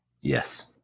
Yes